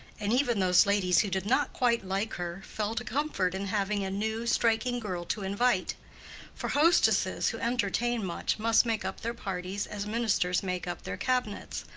and even those ladies who did not quite like her, felt a comfort in having a new, striking girl to invite for hostesses who entertain much must make up their parties as ministers make up their cabinets,